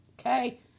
okay